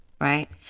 right